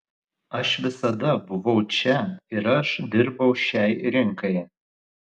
aš visada buvau čia ir aš dirbau šiai rinkai